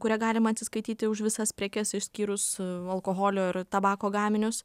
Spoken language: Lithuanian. kuria galima atsiskaityti už visas prekes išskyrus alkoholio ir tabako gaminius